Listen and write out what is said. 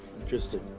Interesting